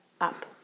up